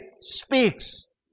speaks